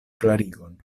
klarigon